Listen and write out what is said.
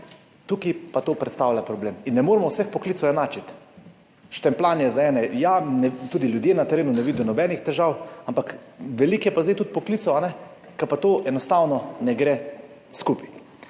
Tukaj pa to predstavlja problem in ne moremo vseh poklicev enačiti. Štempljanje za ene ja, tudi ljudje na terenu ne vidijo nobenih težav, ampak veliko je pa zdaj tudi poklicev, kjer pa to enostavno ne gre skupaj.